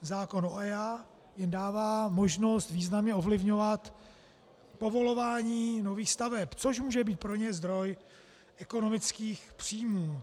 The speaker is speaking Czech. Zákon o EIA jim dává možnost významně ovlivňovat povolování nových staveb, což může být pro ně zdroj ekonomických příjmů.